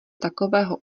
takového